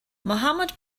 mohammed